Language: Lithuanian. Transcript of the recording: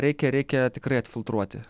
reikia reikia tikrai atfiltruoti